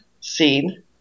scene